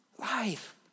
life